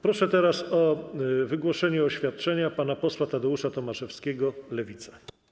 Proszę teraz o wygłoszenie oświadczenia pana posła Tadeusza Tomaszewskiego, Lewica.